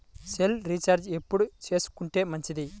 Cell recharge ఎప్పుడు చేసుకొంటే మంచిది?